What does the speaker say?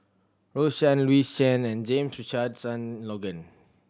Rose Chan Louis Chen and James Richardson Logan